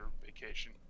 vacation